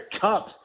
cup